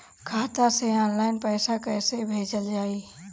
खाता से ऑनलाइन पैसा कईसे भेजल जाई?